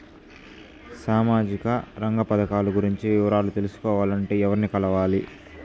సామాజిక రంగ పథకాలు గురించి వివరాలు తెలుసుకోవాలంటే ఎవర్ని కలవాలి?